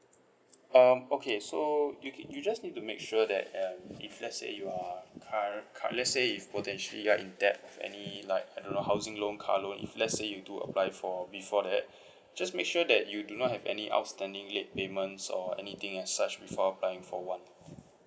um okay so you you just need to make sure that uh if let's say you are current cur~ let's say if potentially you're in debt of any like I don't know housing loan car loan if let's say you do apply for before that just make sure that you do not have any outstanding late payments or anything as such before applying for one